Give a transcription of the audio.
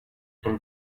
and